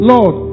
Lord